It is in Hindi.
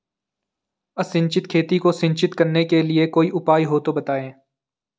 असिंचित खेती को सिंचित करने के लिए कोई उपाय हो तो बताएं?